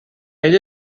elle